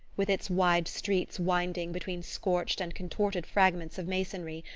with its wide streets winding between scorched and contorted fragments of masonry,